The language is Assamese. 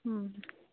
অঁ